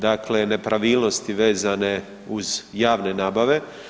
Dakle, nepravilnosti vezane uz javne nabave.